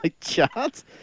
chat